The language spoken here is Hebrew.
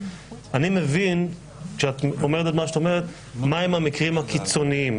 אני מבין כשאת אומרת את מה שאת אומרת מה הם המקרים הקיצוניים,